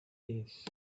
days